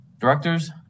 Directors